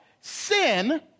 Sin